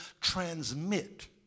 transmit